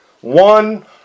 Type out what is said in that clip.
one